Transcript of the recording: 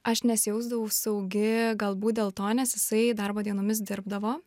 aš nesijausdavau saugi galbūt dėl to nes jisai darbo dienomis dirbdavo